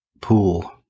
Pool